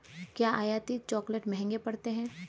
क्या आयातित चॉकलेट महंगे पड़ते हैं?